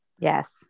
Yes